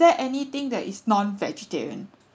there anything that is non vegetarian